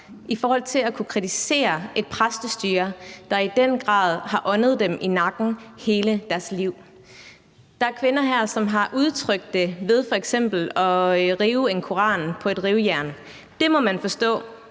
i forhold til at kunne kritisere et præstestyre, der i den grad har åndet dem i nakken hele deres liv. Der er en kvinde her, som har udtrykt det ved f.eks. at rive en koran på et rivejern. Det må man forstå